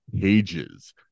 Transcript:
pages